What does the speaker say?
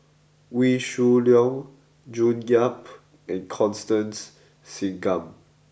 Wee Shoo Leong June Yap and Constance Singam